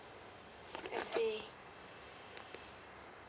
I see